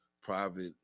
private